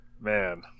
Man